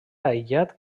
aïllat